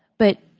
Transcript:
but,